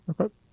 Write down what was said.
Okay